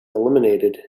eliminated